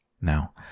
Now